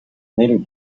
neli